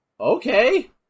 okay